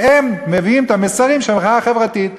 כי הם מביאים את המסרים של המחאה החברתית.